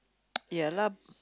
ya lah